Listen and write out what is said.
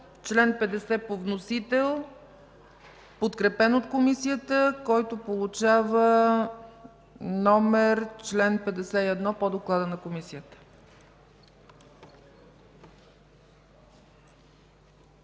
чл. 50 по вносител, подкрепен от Комисията, който става чл. 51 по доклада на Комисията.